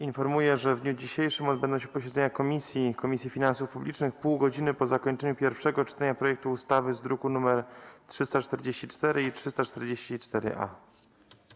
Informuję, że w dniu dzisiejszym odbędzie się posiedzenie Komisji Finansów Publicznych pół godziny po zakończeniu pierwszego czytania projektu ustawy z druków nr 344 i 344-A.